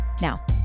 Now